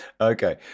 okay